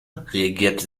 reagiert